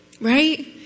Right